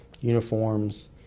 uniforms